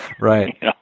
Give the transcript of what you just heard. Right